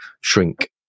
shrink